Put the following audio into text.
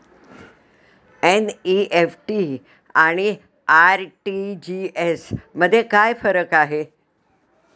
NEFT आणि RTGS मध्ये काय फरक आहे?